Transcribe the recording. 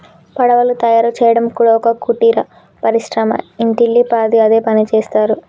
పడవలు తయారు చేయడం కూడా ఒక కుటీర పరిశ్రమ ఇంటిల్లి పాది అదే పనిచేస్తరు